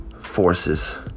forces